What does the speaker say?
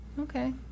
Okay